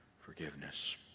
forgiveness